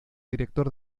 director